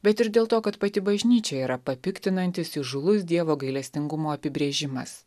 bet ir dėl to kad pati bažnyčia yra papiktinantis įžūlus dievo gailestingumo apibrėžimas